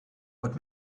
what